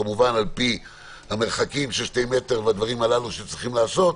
כמובן על פי המרחקים של שני מטר והדברים הללו שצריכים להיעשות,